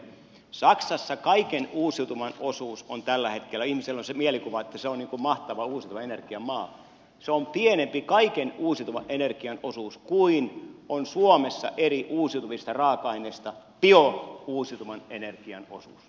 saksassa tällä hetkellä ihmisillä on se mielikuva että se on mahtava uusiutuvan energian maa kaiken uusiutuvan energian osuus on pienempi kuin on suomessa eri uusiutuvista raaka aineista biouusiutuvan energian osuus